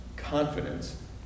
Confidence